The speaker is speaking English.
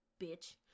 bitch